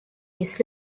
his